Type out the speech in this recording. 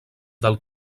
del